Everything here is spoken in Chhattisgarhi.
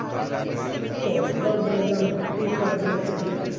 पौधा मन ला माटी कब देना चाही?